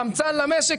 חמצן למשק,